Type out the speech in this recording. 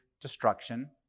destruction